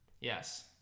Yes